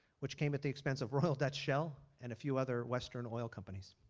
which came at the expense of royal dutch shell and a few other western oil companies.